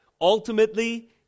ultimately